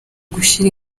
gushyira